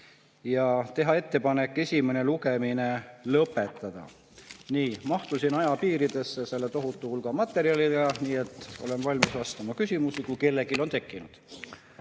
ja teha ettepanek esimene lugemine lõpetada. Nii, mahtusin ajapiiridesse selle tohutu hulga materjaliga. Olen valmis vastama küsimustele, kui kellelgi neid on tekkinud.